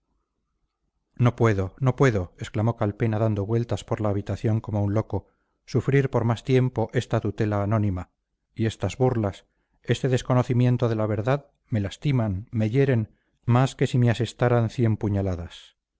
no puedo no puedo exclamó calpena dando vueltas por la habitación como un loco sufrir por más tiempo esta tutela anónima y estas burlas este desconocimiento de la verdad me lastiman me hieren más que si me asestaran cien puñaladas